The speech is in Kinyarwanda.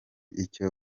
icyo